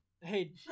hey